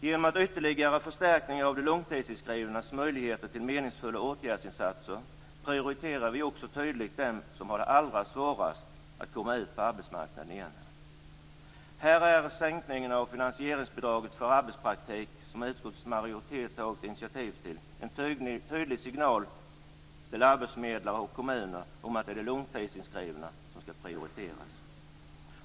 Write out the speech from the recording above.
Genom ytterligare förstärkningar av de långtidsinskrivnas möjligheter till meningsfulla åtgärdsinsatser prioriterar vi också tydligt dem som har det allra svårast att komma ut på arbetsmarknaden igen. Här är sänkningen av finansieringsbidraget för arbetspraktik, som utskottets majoritet tagit initiativ till, en tydlig signal till arbetsförmedlare och kommuner om att det är de långtidsinskrivna som skall prioriteras.